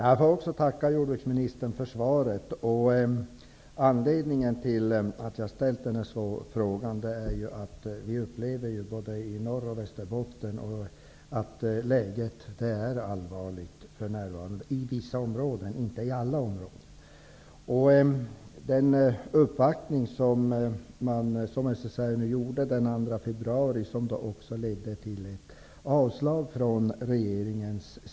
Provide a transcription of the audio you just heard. Herr talman! Också jag får tacka jordbruksministern för svaret. Anledningen till att jag ställt frågan är att vi både i Norrbotten och i Västerbotten upplever att läget för närvarande är allvarligt i vissa områden. Det gäller inte alla områden. Den uppvaktning som SSR gjorde den 2 februari ledde till ett avslag från regeringen.